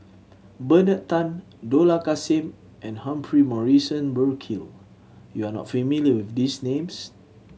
Bernard Tan Dollah Kassim and Humphrey Morrison Burkill you are not familiar with these names